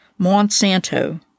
Monsanto